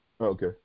Okay